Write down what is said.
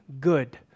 good